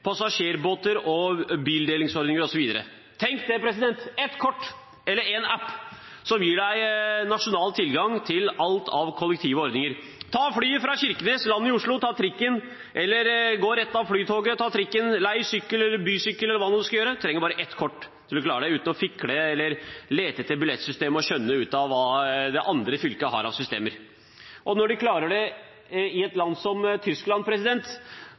passasjerbåter, bildelingsordninger, osv. Tenk det – ett kort eller én app som gir deg nasjonal tilgang til alle kollektive ordninger! Ta flyet fra Kirkenes, land i Oslo, gå rett av Flytoget, ta trikken, lei bysykkel, eller gjør hva du vil, og du trenger bare ett kort. Du klarer deg uten å fikle eller lete etter billettsystemer og forsøke å skjønne hva andre fylker har av systemer. Når de klarer det i et land som Tyskland,